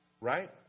Right